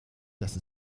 dass